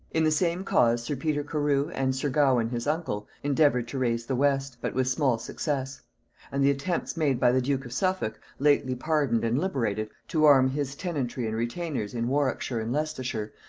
in the same cause sir peter carew, and sir gawen his uncle, endeavoured to raise the west, but with small success and the attempts made by the duke of suffolk, lately pardoned and liberated, to arm his tenantry and retainers in warwickshire and leicestershire,